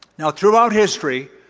now throughout history,